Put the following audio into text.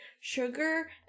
sugar